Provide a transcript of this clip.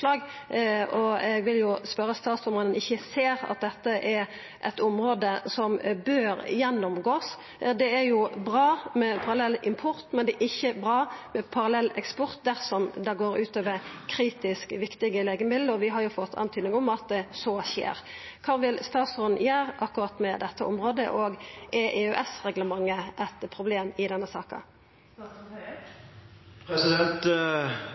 og eg vil spørja statsråden om han ikkje ser at dette er eit område som bør gjennomgåast. Det er bra med parallellimport, men det er ikkje bra med parallelleksport dersom det går ut over kritisk viktige legemiddel. Vi har jo fått indikasjonar på at det skjer. Kva vil statsråden gjera med akkurat dette området? Er EØS-reglementet eit problem i denne saka?